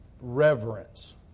reverence